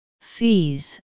Fees